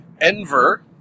Enver